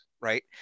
right